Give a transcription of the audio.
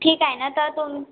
ठीक आहे ना तर तुम